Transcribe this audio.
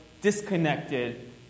disconnected